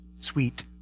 sweet